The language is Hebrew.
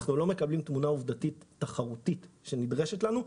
אנחנו מקבלים תמונה עובדתית תחרותית שנדרשת לנו,